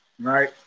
right